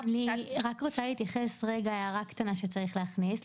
אני רק רוצה להתייחס רגע להערה קטנה שצריך להכניס.